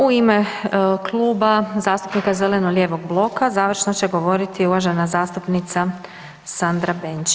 U ime Kluba zastupnika zeleno-lijevog bloka završno će govoriti uvažena zastupnica Sandra Benčić.